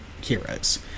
heroes